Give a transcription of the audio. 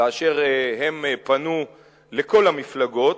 כאשר הם פנו אל כל המפלגות,